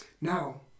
Now